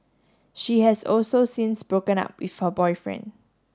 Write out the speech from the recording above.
she has also since broken up with her boyfriend